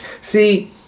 See